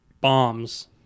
bombs